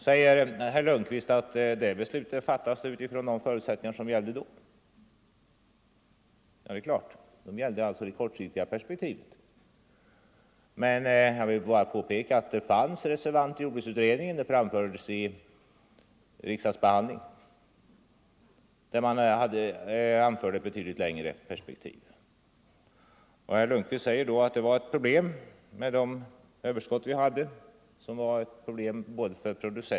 Statsrådet Lundkvist säger att beslutet fattades utifrån de förutsättningar som gällde då. Ja, det är klart, det gällde det kortsiktiga perspektivet. Men det fanns reservanter i jordbruksutredningen, och det framfördes synpunkter i riksdagsbehandlingen med betydligt längre per spektiv. Nr 137 Jordbruksministern påminner om att det för både producenter och kon Fredagen den sumenter var ett problem med de överskott vi hade.